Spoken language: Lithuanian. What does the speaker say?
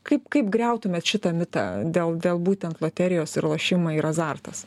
kaip kaip griautumėt šitą mitą dėl dėl būtent loterijos ir lošimai ir azartas